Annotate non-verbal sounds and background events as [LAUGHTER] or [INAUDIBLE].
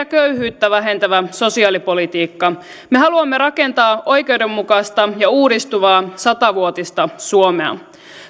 [UNINTELLIGIBLE] köyhyyttä vähentävä sosiaalipolitiikka me haluamme rakentaa oikeudenmukaista ja uudistuvaa sata vuotista suomea